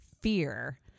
fear